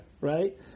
right